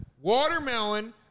watermelon